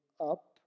up